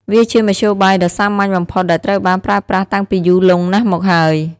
វាជាមធ្យោបាយដ៏សាមញ្ញបំផុតដែលត្រូវបានប្រើប្រាស់តាំងពីយូរលង់ណាស់មកហើយ។